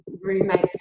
roommates